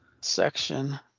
section